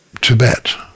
Tibet